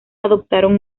adoptaron